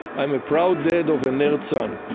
i'm a proud dad of a nerd son.